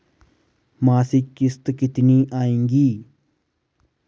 मासिक किश्त कितनी आएगी?